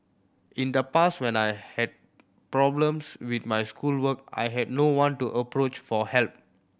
in the past when I had problems with my schoolwork I had no one to approach for help